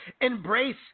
embrace